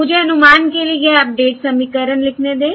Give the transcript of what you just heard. मुझे अनुमान के लिए यह अपडेट समीकरण लिखने दें